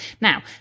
Now